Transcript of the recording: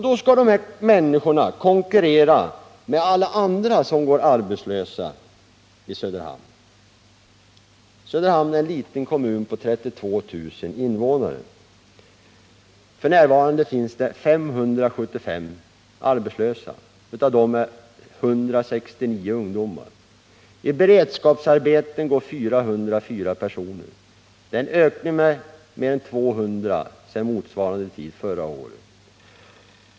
Dessa människor skall nu konkurrera med alla andra som går arbetslösa i Söderhamn. Det är en liten kommun med 32 000 invånare. F. n. finns det 575 arbetslösa där. Av dem är 169 ungdomar. 404 personer går i beredskapsarbete. Det är en ökning med mer än 200 i förhållande till antalet för motsvarande tid förra året.